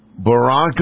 Barack